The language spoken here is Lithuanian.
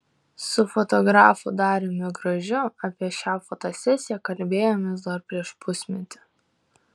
su fotografu dariumi gražiu apie šią fotosesiją kalbėjomės dar prieš pusmetį